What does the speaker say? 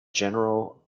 general